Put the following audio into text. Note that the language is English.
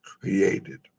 created